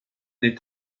des